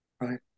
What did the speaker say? right